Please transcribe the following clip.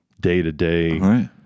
day-to-day